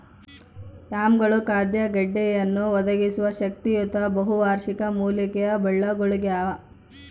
ಯಾಮ್ಗಳು ಖಾದ್ಯ ಗೆಡ್ಡೆಯನ್ನು ಒದಗಿಸುವ ಶಕ್ತಿಯುತ ಬಹುವಾರ್ಷಿಕ ಮೂಲಿಕೆಯ ಬಳ್ಳಗುಳಾಗ್ಯವ